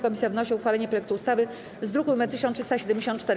Komisja wnosi o uchwalenie projektu ustawy z druku nr 1374.